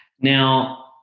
Now